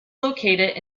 located